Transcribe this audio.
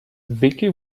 vicky